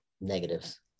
negatives